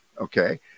Okay